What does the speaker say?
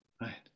right